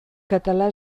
català